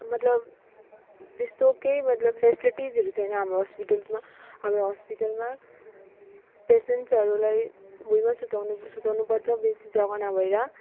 मतलब त्यस्तो केही मतलब फेसिलिटिसहरू छैन हाम्रो हस्पिटल्समा हाम्रो हस्पिटलमा पेसेन्ट्सहरूलाई भुइँमा सुताउनु सुताउनुपर्छ बेसी जग्गा नभएर